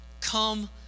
come